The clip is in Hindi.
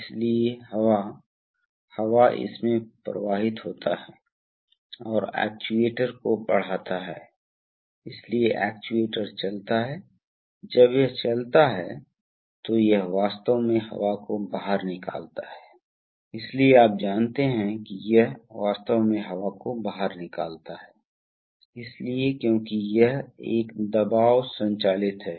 इसलिए इस पंप को वास्तव में इस राहत वाल्व के माध्यम से अनलोड नहीं किया जा सकता है इसलिए यह पंप तब तक वितरित करना जारी रखेगा जब तक कि इस राहत वाल्व की सेटिंग को पार नहीं किया जाता है आप देखें कि सभी पंपों में राहत वाल्व का उपयोग करके अधिभार अधिभार संरक्षण है